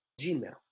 Gmail